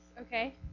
okay